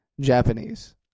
Japanese